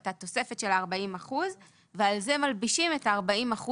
את התוספת של ה-40% ועל זה מלבישים את ה-40%